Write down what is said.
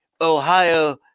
Ohio